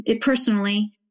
personally